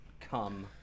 come